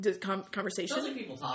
Conversation